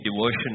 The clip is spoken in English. devotion